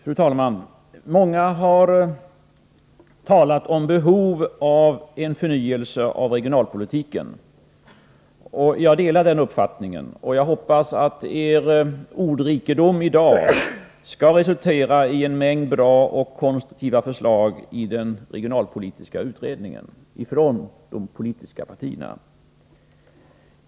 Fru talman! Många har talat om behov av en förnyelse av regionalpolitiken. Jag delar den uppfattningen. Jag hoppas att er ordrikedom i dag skall resultera i en mängd bra och konstruktiva förslag från de politiska partierna i den regionalpolitiska utredningen.